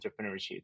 entrepreneurship